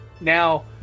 Now